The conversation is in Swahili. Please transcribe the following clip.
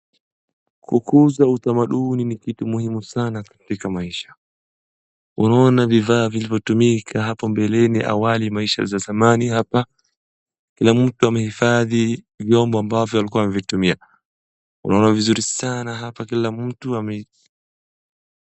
Kukuza utamaduni ni kitu muhimu sana katika maisha. Unaona vifaa vilivyotumika hapo mbeleni awali maisha za zamani hapa. Kuna mtu amehifadhi vyombo ambavyo alikua anavitumia. Unaona vizuri sana hapa kila mtu